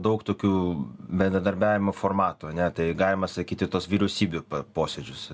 daug tokių bendradarbiavimo formatų ane tai galima sakyti tos vyriausybių posėdžius